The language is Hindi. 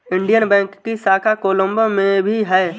इंडियन बैंक की शाखा कोलम्बो में भी है